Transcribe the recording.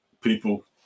people